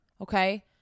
okay